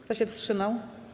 Kto się wstrzymał?